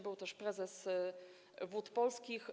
Był też prezes Wód Polskich.